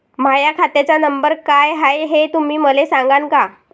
माह्या खात्याचा नंबर काय हाय हे तुम्ही मले सागांन का?